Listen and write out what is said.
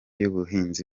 y’ubuhinzi